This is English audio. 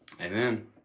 Amen